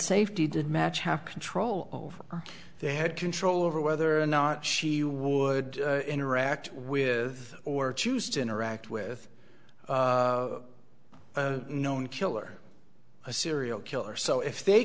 safety did match have control over her they had control over whether or not she would interact with or choose to interact with a known killer a serial killer so if they